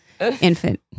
infant